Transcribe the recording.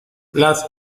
las